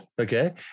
okay